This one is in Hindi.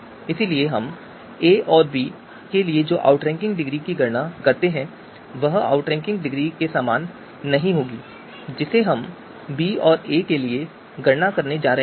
इसलिए हम ए और बी के लिए जो आउटरैंकिंग डिग्री की गणना करते हैं वह आउटरैंकिंग डिग्री के समान नहीं होगी जिसे हम बी और ए के लिए गणना करने जा रहे हैं